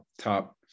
top